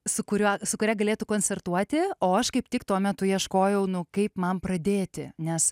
su kuriuo su kuria galėtų koncertuoti o aš kaip tik tuo metu ieškojau nu kaip man pradėti nes